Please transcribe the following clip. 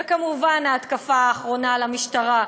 וכמובן ההתקפה האחרונה על המשטרה,